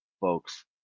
folks